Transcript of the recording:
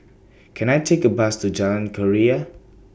Can I Take A Bus to Jalan Keria